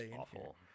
awful